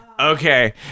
Okay